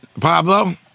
Pablo